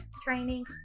training